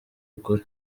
ukuri